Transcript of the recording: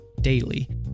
daily